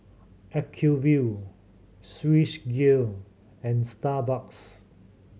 Acuvue Swissgear and Starbucks